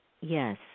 yes